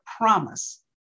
promise